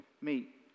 meet